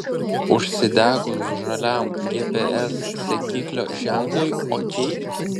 užsidegus žaliam gps sekiklio ženklui ok